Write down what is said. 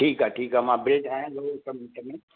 ठीकु आहे ठीकु आहे मां बिल ठाहियां थो हिकु मिंट में